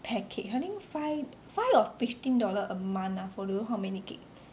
package I think five five or fifteen dollars a month ah for don't know how many gig